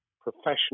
professional